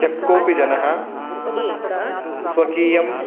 यः कोपि जनः स्वकीयं